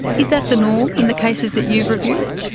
is that the norm in the cases that you've reviewed?